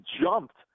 jumped